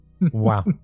Wow